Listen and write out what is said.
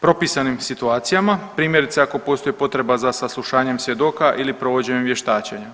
propisanim situacijama, primjerice ako postoji potreba za saslušanjem svjedoka ili provođenjem vještačenja.